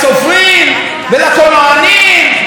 וללקטורים, ולמי עוד?